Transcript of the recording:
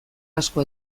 asko